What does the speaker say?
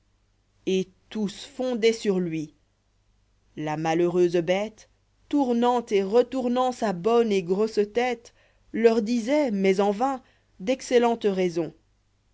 et tous fondoient sur lui la malheureuse bêto tournant et retournant sa bonne et grosse tête lleur disoit mais en vain d'excellentes raisons